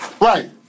Right